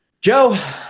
Joe